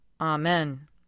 Amen